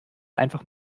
einfach